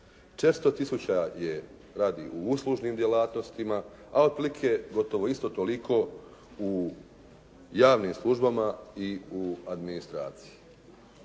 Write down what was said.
400000 je, radi u uslužnim djelatnostima, a otprilike gotovo isto toliko u javnim službama i u administraciji.